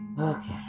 Okay